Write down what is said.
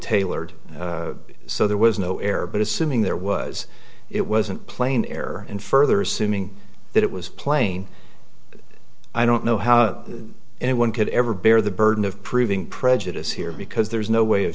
tailored so there was no error but assuming there was it wasn't plain error and further assuming that it was plain i don't know how anyone could ever bear the burden of proving prejudice here because there's no way of